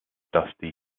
dusty